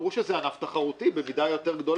אמרו שזה ענף תחרותי במידה יותר גדולה